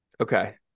okay